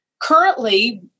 currently